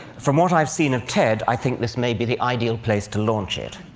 from what i've seen of ted, i think this may be the ideal place to launch it.